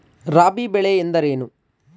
ರಾಬಿ ಬೆಳೆ ಎಂದರೇನು?